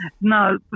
No